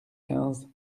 quinze